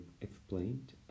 explained